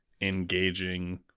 engaging